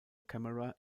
camera